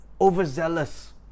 overzealous